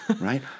right